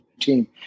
team